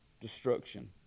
destruction